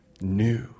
new